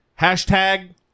Hashtag